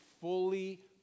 fully